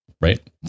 Right